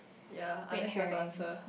ya unless you want to answer